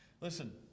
Listen